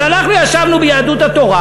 אבל אנחנו ישבנו ביהדות התורה